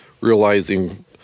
realizing